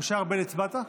משה ארבל, הצבעת?